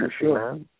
sure